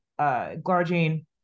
Glargine